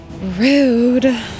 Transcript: rude